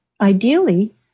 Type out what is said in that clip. ideally